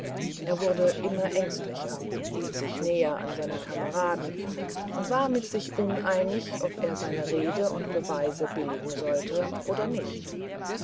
er wurde immer ängstlicher hielt sich näher an seinen kameraden und war mit sich uneinig ob er seine reden und beweise billigen sollte oder nicht